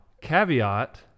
caveat